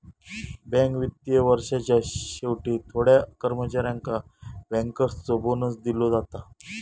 bank वित्तीय वर्षाच्या शेवटी थोड्या कर्मचाऱ्यांका बँकर्सचो बोनस दिलो जाता